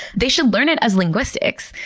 they should learn it as linguistics.